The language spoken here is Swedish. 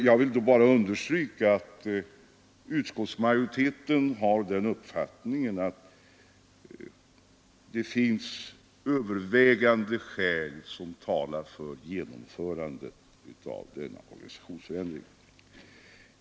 Jag vill bara understryka att utskottsmajoriteten har den åsikten att övervägande skäl talar för genomförande av en organisationsförändring.